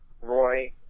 Roy